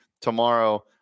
tomorrow